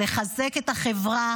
לחזק את החברה